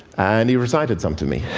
and he recited some to me.